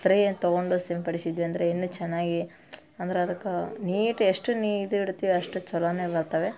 ಸ್ಫ್ರೇಯ ತಗೊಂಡು ಸಿಂಪಡಿಸಿದ್ವಿ ಅಂದರೆ ಇನ್ನೂ ಚೆನ್ನಾಗಿ ಅಂದ್ರೆ ಅದಕ್ಕೆ ನೀಟ್ ಎಷ್ಟು ನೀ ಇದು ಇಡ್ತೀವಿ ಅಷ್ಟು ಚಲೋನೆ ಬರ್ತವೆ